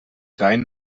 rhein